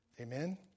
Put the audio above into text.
Amen